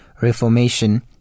reformation